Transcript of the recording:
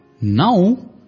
Now